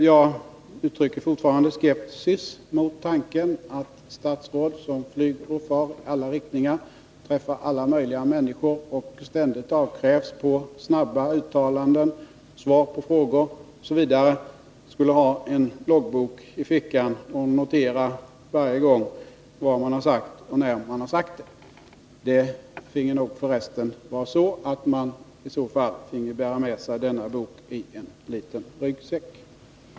Jag m.m. uttrycker fortfarande skepsis mot tanken att statsråd som flyger och far i alla riktningar, träffar alla möjliga människor och ständigt avkrävs snabba uttalanden, svar på frågor osv. skall ha en loggbok i fickan och varje gång notera vad de sagt och när de sagt det. I så fall finge de nog bära med sig denna bok i en liten ryggsäck.